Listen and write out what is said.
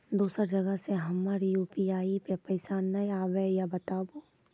दोसर जगह से हमर यु.पी.आई पे पैसा नैय आबे या बताबू?